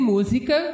Música